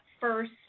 first